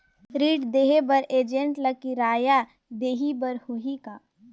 ऋण देहे बर एजेंट ला किराया देही बर होही का?